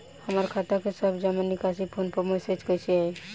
हमार खाता के सब जमा निकासी फोन पर मैसेज कैसे आई?